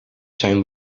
zijn